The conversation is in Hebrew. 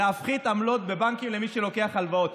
ולהפחית עמלות בבנקים למי שלוקח הלוואות.